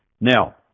Now